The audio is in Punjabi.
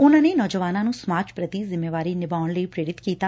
ਉਨਾਂ ਨੇ ਨੌਜਵਾਨਾਂ ਨੂੰ ਸਮਾਜ ਪੁਤੀ ਜਿੰਮੇਵਾਰੀ ਨਿਭਾਉਣ ਲਈ ਪੇਰਿਤ ਕੀਤਾ